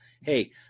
Hey